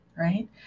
right